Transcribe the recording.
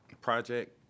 project